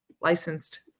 licensed